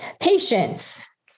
Patience